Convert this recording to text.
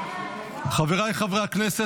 חבריי חברי הכנסת,